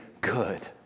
good